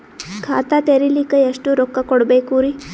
ಖಾತಾ ತೆರಿಲಿಕ ಎಷ್ಟು ರೊಕ್ಕಕೊಡ್ಬೇಕುರೀ?